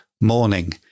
morning